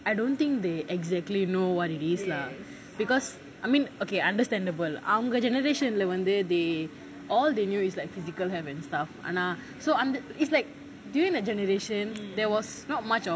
I don't think they exactly know what it is ah because I mean okay understandable அவங்க:avanga generation lah வந்து:vanthu they all they knew is like physical health and stuff ஆனா:aanaa so அந்த:antha is like during their generation there was not much of